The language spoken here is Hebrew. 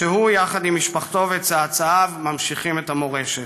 שהוא, יחד עם משפחתו וצאצאיו, ממשיכים את המורשת.